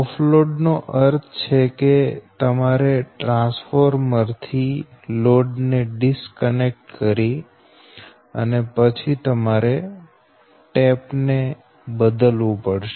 of load નો અર્થ છે કે તમારે ટ્રાન્સફોર્મર થી લોડ ને ડિસ્કનેક્ટ કરી અને પછી તમારે ટેપ ને બદલવું પડશે